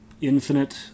infinite